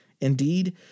Indeed